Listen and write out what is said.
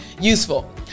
useful